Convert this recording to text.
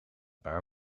paar